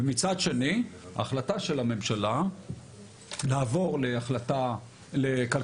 ומצד שני החלטה של הממשלה לעבור לכלכלה